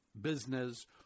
business